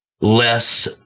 Less